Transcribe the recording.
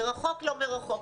מרחוק - לא מרחוק.